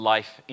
life